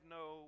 no